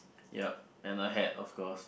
yup and a hat of course